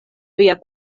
via